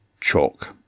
Chalk